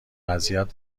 اذیت